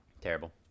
Terrible